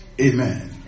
Amen